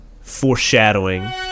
foreshadowing